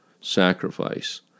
sacrifice